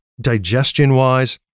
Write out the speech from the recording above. Digestion-wise